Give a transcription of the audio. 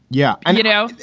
yeah and you know,